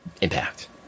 Impact